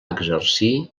exercir